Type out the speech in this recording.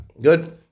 Good